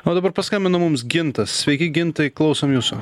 o dabar paskambino mums gintas sveiki gintai klausom jūsų